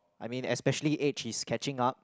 I mean especially age is catching up